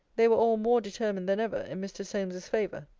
they were all more determined than ever in mr. solmes's favour.